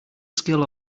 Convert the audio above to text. skill